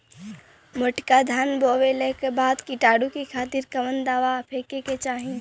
मोटका धान बोवला के बाद कीटाणु के खातिर कवन दावा फेके के चाही?